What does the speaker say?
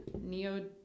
neo